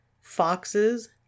foxes